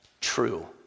true